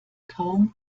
kaum